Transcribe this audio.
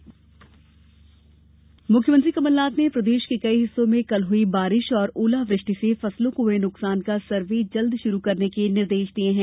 CM निर्देश मुख्यमंत्री कमलनाथ ने प्रदेश के कई हिस्सों में कल हुई बारिश और ओलावृष्टि से फसलों को हुये नुकसान का सर्वे जल्द शुरू करने के निर्देश दिये हैं